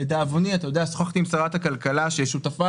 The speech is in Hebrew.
לדאבוני שוחחתי עם שרת האנרגיה ששותפה